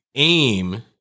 aim